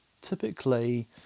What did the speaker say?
typically